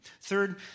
Third